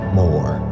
more